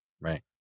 right